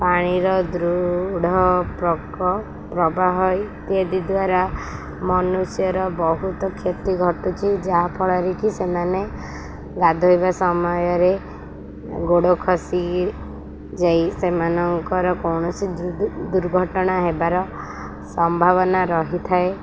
ପାଣିର ଦୃଢ଼ ପ୍ରବାହ ଇତ୍ୟାଦି ଦ୍ୱାରା ମନୁଷ୍ୟର ବହୁତ କ୍ଷତି ଘଟୁଛି ଯାହାଫଳରେ କିି ସେମାନେ ଗାଧୋଇବା ସମୟରେ ଗୋଡ଼ ଖସି ଯାଇ ସେମାନଙ୍କର କୌଣସି ଦୁର୍ଘଟଣା ହେବାର ସମ୍ଭାବନା ରହିଥାଏ